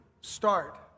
start